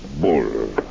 Bull